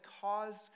caused